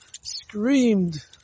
screamed